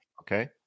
Okay